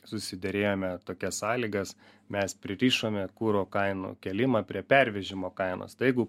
susiderėjome tokias sąlygas mes pririšome kuro kainų kėlimą prie pervežimo kainos tai jeigu